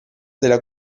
della